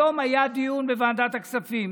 היום היה דיון בוועדת הכספים